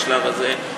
בשלב הזה,